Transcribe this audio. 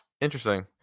Interesting